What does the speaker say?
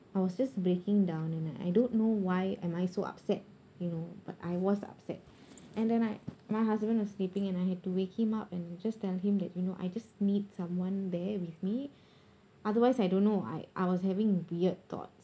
I was just breaking down and I don't know why am I so upset you know but I was upset and then like my husband was sleeping and I had to wake him up and just tell him that you know I just need someone there with me otherwise I don't know I I was having weird thoughts